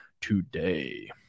today